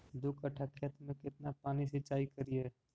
दू कट्ठा खेत में केतना पानी सीचाई करिए?